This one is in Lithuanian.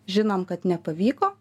žinom kad nepavyko